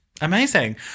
Amazing